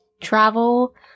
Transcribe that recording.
travel –